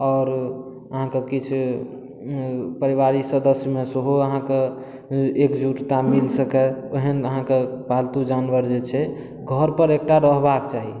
आओर अहाँके किछु पारिवारिक सदस्यमे सेहो अहाँके एकजुटता मिल सकै ओहन अहाँके पालतू जानवर जे छै घरपर एकटा रहबाक चाही